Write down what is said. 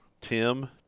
Tim